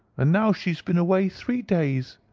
and now she's been away three days.